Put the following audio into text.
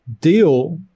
deal